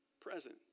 present